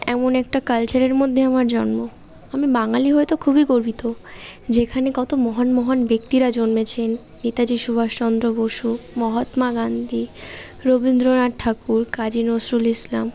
এমন একটা কালচারের মধ্যে আমার জন্ম আমি বাঙালি হয়ে তো খুবই গর্বিত যেখানে কত মহান মহান ব্যক্তিরা জন্মেছেন নেতাজি সুভাষচন্দ্র বসু মহাত্মা গান্ধী রবীন্দ্রনাথ ঠাকুর কাজি নজরুল ইসলাম